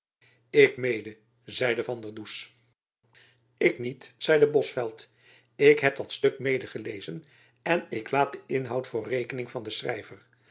ik mede zeide van der goes ik niet zeide bosveldt ik heb dat stuk mede gelezen en ik laat den inhoud voor rekening van den schrijver